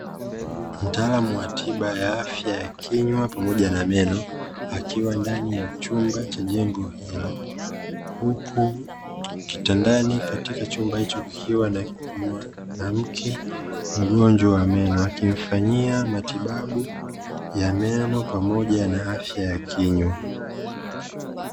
Mtaalamu wa tiba ya afya ya kinywa pamoja na meno, akiwa ndani ya chumba cha jengo hilo, huku kitandani katika chumba hicho kukiwa na mwanamke mgonjwa wa meno, akimfanyia matibabu ya meno pamoja na afya ya kinywa.